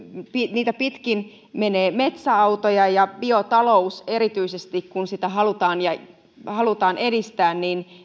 niitä pitkin menee metsäautoja ja biotaloudessa erityisesti kun sitä halutaan edistää